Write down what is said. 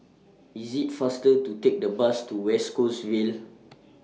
IT IS faster to Take The Bus to West Coast Vale